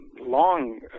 long